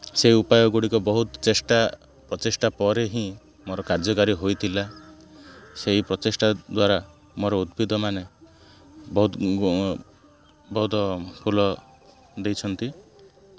ସେଇ ଉପାୟ ଗୁଡ଼ିକ ବହୁତ ଚେଷ୍ଟା ପ୍ରଚେଷ୍ଟା ପରେ ହିଁ ମୋର କାର୍ଯ୍ୟକାରୀ ହୋଇଥିଲା ସେଇ ପ୍ରଚେଷ୍ଟା ଦ୍ୱାରା ମୋର ଉଦ୍ଭିଦମାନେ ବହୁତ ବହୁତ ଫୁଲ ଦେଇଛନ୍ତି